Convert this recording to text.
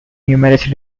numerous